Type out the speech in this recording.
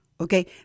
okay